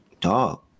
dog